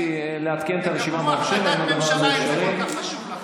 תקבלו החלטת ממשלה אם זה כל כך חשוב.